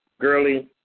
girly